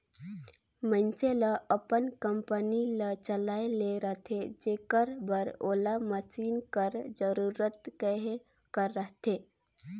मइनसे ल अपन कंपनी ल चलाए ले रहथे जेकर बर ओला मसीन कर जरूरत कहे कर रहथे